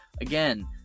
Again